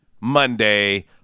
Monday